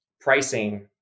pricing